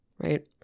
Right